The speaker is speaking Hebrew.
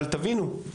אבל תבינו,